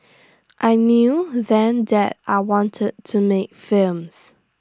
I knew then that I wanted to make films